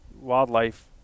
Wildlife